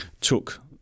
took